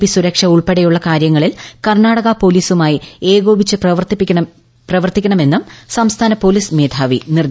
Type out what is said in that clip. P സുരക്ഷ ഉൾപ്പെടെയുള്ളൂ കാര്യങ്ങളിൽ കർണാടക പോലീസുമായി ഏകോപിച്ച് പ്രവർത്തിക്ക്ണമെന്നും സംസ്ഥാന പോലീസ് മേധാവി നിർദ്ദേശം നൽകി